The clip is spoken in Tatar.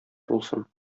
булсын